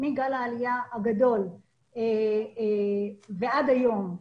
מאז גל העלייה הגדול ועד היום,